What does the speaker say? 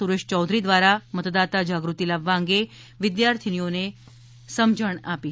સુરેશ યૌધરી દ્વારા મતદાતા જાગૃતિ લાવવા અંગે વિદ્યાર્થીનીઓને સમજણ આપી હતી